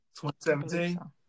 2017